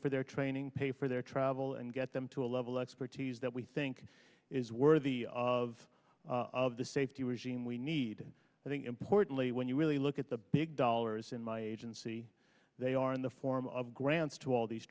for their training pay for their travel and get them to a level of expertise that we think is worthy of of the safety regime we need i think importantly when you really look at the big dollars in my agency they are in the form of grants to all these